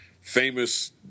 famous